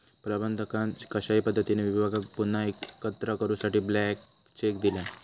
प्रबंधकान कशाही पद्धतीने विभागाक पुन्हा एकत्र करूसाठी ब्लँक चेक दिल्यान